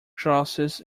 crosses